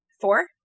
four